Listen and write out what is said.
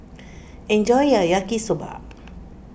enjoy your Yaki Soba